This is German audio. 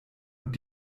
und